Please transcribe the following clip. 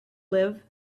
live